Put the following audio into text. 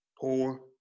poor